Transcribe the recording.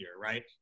right